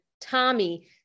Tommy